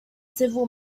civil